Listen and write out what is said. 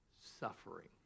suffering